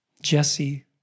Jesse